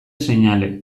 seinale